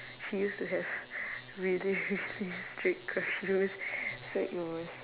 she used to have really really strict curfews so it was